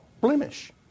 blemish